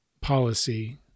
policy